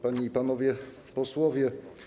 Panie i Panowie Posłowie!